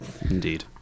Indeed